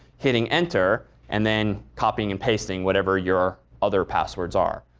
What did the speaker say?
hitting enter, and then copying and pasting whatever your other passwords are.